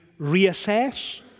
reassess